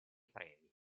premi